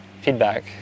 feedback